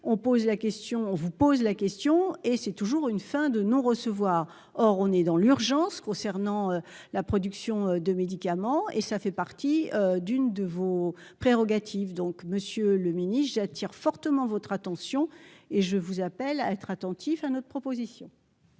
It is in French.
on vous pose la question, et c'est toujours une fin de non-recevoir, or on est dans l'urgence concernant la production de médicaments et ça fait partie d'une de vos prérogatives donc monsieur le mini j'attire fortement votre attention et je vous appelle à être attentifs à notre proposition.